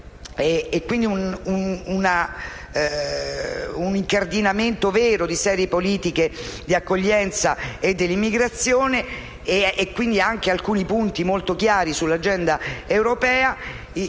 quindi un incardinamento vero di serie politiche di accoglienza e dell'immigrazione e anche alcuni punti molto chiari sull'agenda europea,